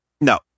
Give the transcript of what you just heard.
No